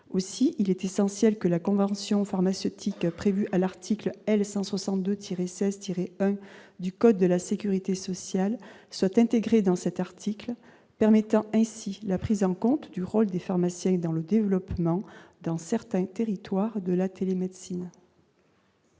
aussi, il est essentiel que la convention pharmaceutique prévue à l'article L 162 tiré cesse tiré du code de la sécurité sociale soit intégrée dans cet article, permettant ainsi la prise en compte du rôle des pharmaciens dans le développement dans certains territoires de la télémédecine.